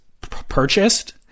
purchased